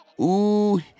Ooh